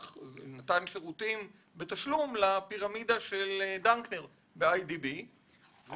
או נתן שירותים בתשלום לפירמידה של דנקנר באיי די בי.